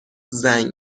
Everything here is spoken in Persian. زنگ